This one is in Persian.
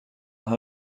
کردن